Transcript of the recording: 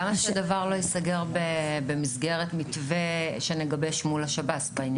למה שהדבר לא ייסגר במסגרת מתווה שנגבש מול השב"ס בעניין הזה?